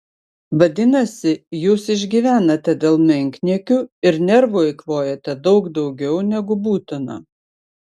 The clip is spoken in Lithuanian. vadinasi jūs išgyvenate dėl menkniekių ir nervų eikvojate daug daugiau negu būtina